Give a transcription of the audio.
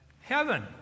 heaven